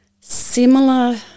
Similar